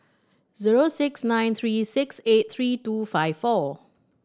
zero six nine three six eight three two five four